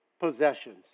possessions